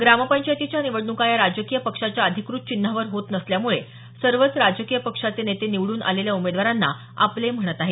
ग्रामपंचायतीच्या निवडणुका या राजकीय पक्षाच्या अधिकृत चिन्हावर होत नसल्यामुळे सर्वच राजकीय पक्षाचे नेते निवडून आलेल्या उमेदवारांना आपले म्हणत आहेत